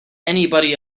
anybody